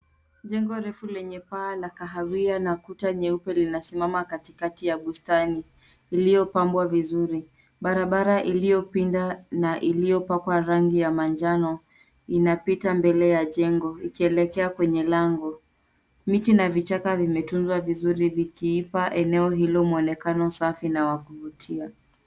Jengo refu lenye paa ya kahawia na kuta nyeupe linasimama katikati ya bustani iliopambwa vizuri, barabara iliopinda na iliopakwa rangi ya majano inapita mbele ya jengo ikielekea kwenye lango. Miti na vichaka vimetuzwa vizuri vikiipa eneo hilo mwonekano safi na wakuvutia.